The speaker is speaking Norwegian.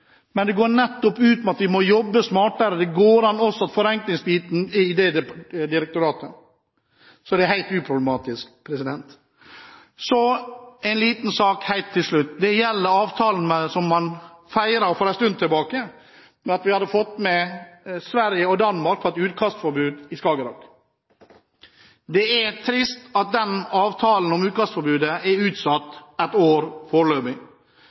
men det går nettopp ut på at vi må jobbe smartere – det går an også når det gjelder forenklingsbiten, i direktoratet. Så det er helt uproblematisk. Så en liten sak helt til slutt. Det gjelder avtalen som man feiret for en stund siden, der vi hadde fått Sverige og Danmark med på et utkastforbud i Skagerrak. Det er trist at avtalen om utkastforbud foreløpig er utsatt med ett år.